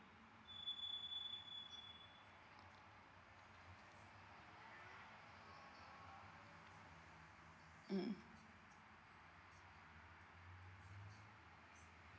mm